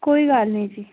ਕੋਈ ਗੱਲ ਨੀ ਜੀ